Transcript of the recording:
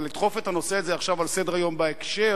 אבל לדחוף את הנושא הזה עכשיו לסדר-יום בהקשר